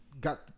got